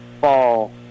fall